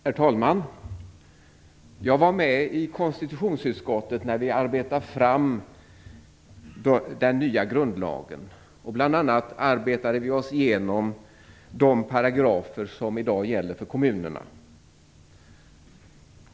Herr talman! Jag var med när vi i konstitutionsutskottet arbetade fram den nya grundlagen. Bl.a. arbetade vi oss igenom de paragrafer som i dag gäller för kommunerna.